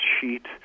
sheet